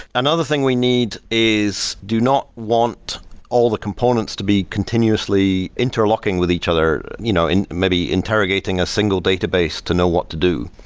another thing we need is do not want all the components to be continuously interlocking with each other you know and maybe interrogating a single database to know what to do.